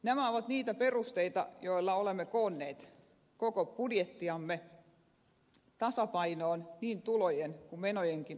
nämä ovat niitä perusteita joilla olemme koonneet koko budjettiamme tasapainoon niin tulojen kuin menojenkin osalta